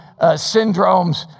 syndromes